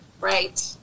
Right